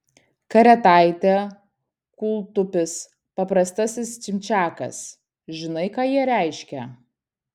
karetaitė kūltupis paprastasis čimčiakas žinai ką jie reiškia